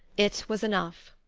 it was enough.